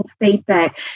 feedback